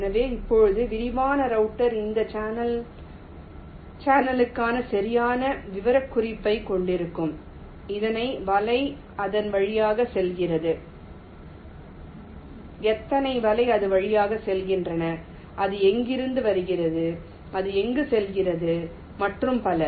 எனவே இப்போது விரிவான ரௌட்டர் இந்த சேனலுக்கான சரியான விவரக்குறிப்பைக் கொண்டிருக்கும் எத்தனை வலைகள் அதன் வழியாக செல்கின்றன அது எங்கிருந்து வருகிறது அது எங்கு செல்கிறது மற்றும் பல